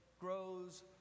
grows